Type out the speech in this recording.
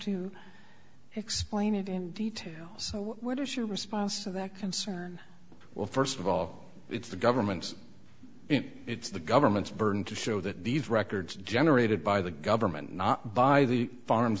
to explain it in detail so what is your response to that concern well first of all it's the government it's the government's burden to show that these records generated by the government not by the farms